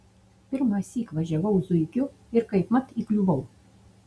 pirmąsyk važiavau zuikiu ir kaipmat įkliuvau